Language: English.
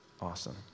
Awesome